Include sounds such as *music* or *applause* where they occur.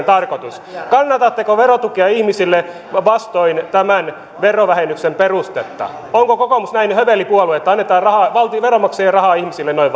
*unintelligible* tarkoitus kannatatteko verotukea ihmisille vastoin tämän verovähennyksen perustetta onko kokoomus näin höveli puolue että annetaan veronmaksajien rahaa ihmisille noin *unintelligible*